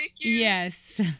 Yes